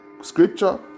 scripture